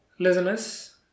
Listeners